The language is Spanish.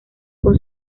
con